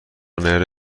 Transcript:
نیاره